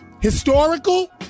Historical